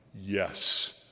yes